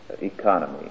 economy